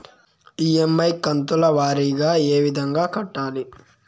EMI కంతుల వారీగా ఏ విధంగా కట్టాలి